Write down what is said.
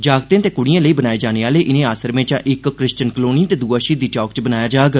जागतें ते कुड़िएं लेई बनाए जाने आह्ले इनें आसरमें चा इक क्रिष्वियन कलोनी ते दुआ षहीदी चौक च बनाया जाग